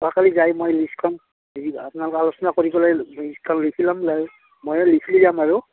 অহাকালি যায় মই লিষ্টখন হেৰি আপোনাক আলোচনা কৰি পেলাই লিষ্টখন লিখি ল'ম আৰু ময়ো লিখি যাম আৰু